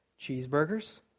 cheeseburgers